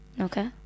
okay